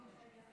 התשפ"ב